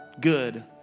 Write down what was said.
good